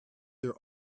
their